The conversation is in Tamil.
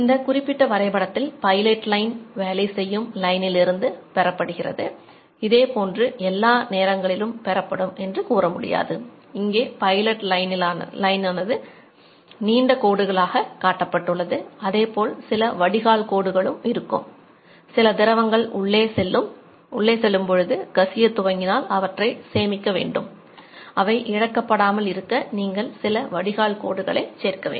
இந்த குறிப்பிட்ட வரைபடத்தில் பைலட் லைன் சேர்க்க வேண்டும்